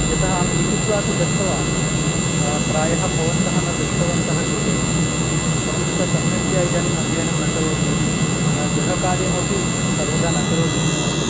यतः अहं लिखित्वापि दत्तवान् प्रायः भवन्तः न दृष्टवन्तः गृहे परन्तु स सम्यक्त्या इदानीम् अध्ययनं न करोति गृहकार्यमपि सर्वदा न करोति सः